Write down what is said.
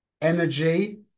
energy